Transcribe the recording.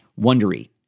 Wondery